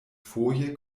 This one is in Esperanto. foje